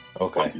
Okay